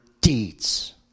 deeds